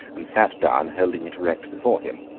and sat down holding it erect before him.